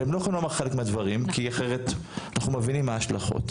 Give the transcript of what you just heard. והם לא יכולים לומר חלק מהדברים כי אחרת אנחנו מבינים מה ההשלכות.